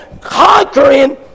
conquering